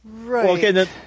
Right